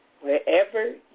wherever